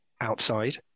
outside